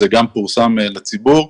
זה גם פורסם לציבור,